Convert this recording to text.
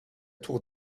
tour